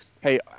hey